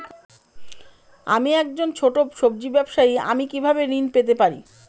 আমি একজন ছোট সব্জি ব্যবসায়ী আমি কিভাবে ঋণ পেতে পারি?